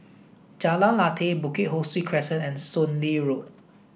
Jalan Lateh Bukit Ho Swee Crescent and Soon Lee Road